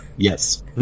yes